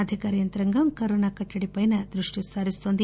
అధికార యంత్రాంగం కరోనా కట్టడిపై దృష్టి సారిస్తోంది